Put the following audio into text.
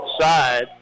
side